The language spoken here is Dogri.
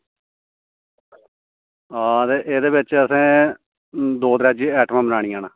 हां ते एहदे बिच असें दो त्रै आइटमां बनानी ना